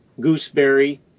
gooseberry